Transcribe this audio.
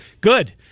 Good